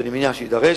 ואני מניח שיידרש,